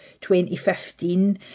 2015